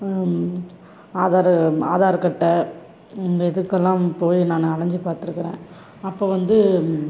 ஆதாரு ஆதாரு கட்ட இந்த இதுக்கெல்லாம் போய் நான் அலைஞ்சி பாத்துருக்கிறேன் அப்போ வந்து